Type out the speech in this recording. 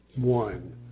One